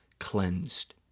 cleansed